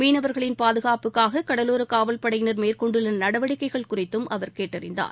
மீனவர்களின் பாதுகாப்புக்காக கடலோர காவல்படையினர் மேற்கொண்டுள்ள நடவடிக்கைகள் குறித்தும் அவர் கேட்டறிந்தார்